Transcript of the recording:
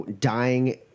dying